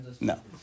No